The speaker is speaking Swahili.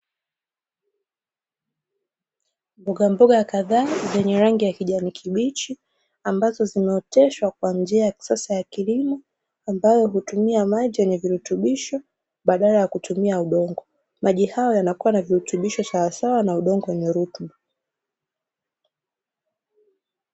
Mbogamboga kadhaa zenye rangi ya kijani kibichi, ambazo zimeoteshwa kwa njia ya kisasa ya kilimo, ambayo hutumia maji yenye virutubisho badala ya kutumia udongo, maji hayo yanakuwa na virutubisho sawasawa na udongo wenye rutuba.